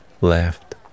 left